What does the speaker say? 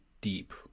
deep